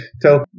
tell